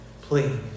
Please